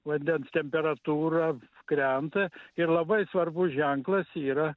vandens temperatūra krenta ir labai svarbus ženklas yra